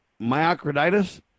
Myocarditis